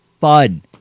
fun